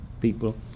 people